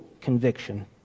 conviction